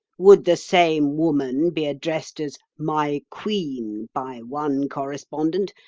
would the same woman be addressed as my queen by one correspondent,